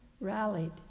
rallied